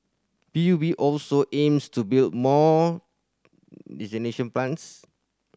P U B also aims to build more desalination plants